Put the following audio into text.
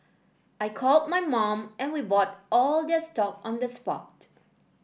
I called my mum and we bought all their stock on the spot